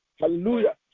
Hallelujah